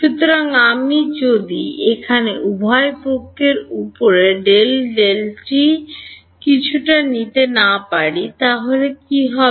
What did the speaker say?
সুতরাং আমি যদি এখানে উভয় পক্ষের উপরে কিছুটা নিতে পারি না তবে কী হবে